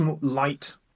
light